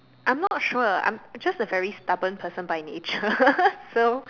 I'm not sure I'm just a very stubborn person by nature so